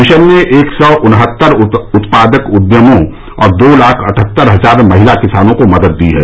mission ने एक सौ उन्हत्तर उत्पादक उद्यमों और दो लाख अठहत्तर हजार महिला किसानों को मदद दी है